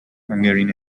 hungarian